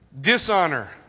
Dishonor